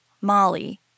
Molly